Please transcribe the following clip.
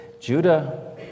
Judah